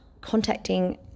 contacting